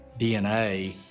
DNA